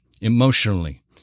emotionally